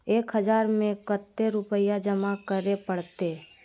एक बार में कते रुपया जमा करे परते?